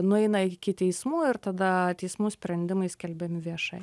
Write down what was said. nueina iki teismų ir tada teismų sprendimai skelbiami viešai